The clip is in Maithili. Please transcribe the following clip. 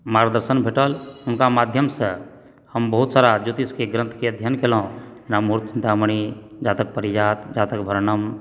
मार्गदर्शन भेटल हुनका माध्यमसंँ हम बहुत सारा ज्योतिषके ग्रंथके अध्ययन केलहुँ जेना मुहूर्त चिंतामणि जातक पारिजात जातक वर्णम